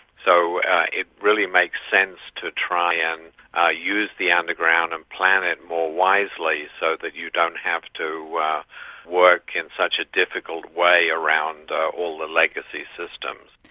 so it really makes sense to try and ah use the underground and plan it more wisely so that you don't have to work in such a difficult way around all the legacy systems.